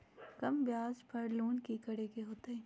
कम ब्याज पर लोन की करे के होतई?